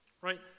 right